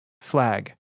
Flag